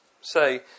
say